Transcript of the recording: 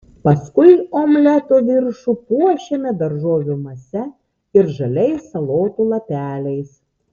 paskui omleto viršų puošiame daržovių mase ir žaliais salotų lapeliais